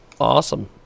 Awesome